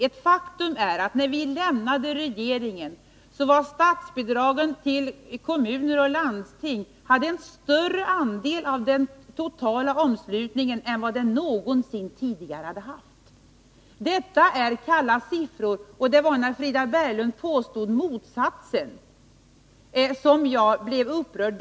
Ett faktum är att när vi lämnade regeringen hade statsbidragen till kommuner och landsting en större andel av den totala omslutningen än vad de någonsin tidigare haft. Detta är kalla fakta. Det var när Frida Berglund påstod motsatsen som jag blev upprörd.